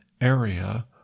area